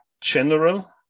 general